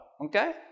okay